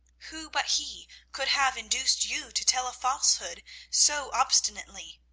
who but he could have induced you to tell a falsehood so obstinately?